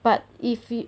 but if it